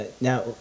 Now